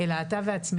אלא אתה ועצמך.